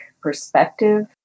perspective